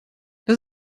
das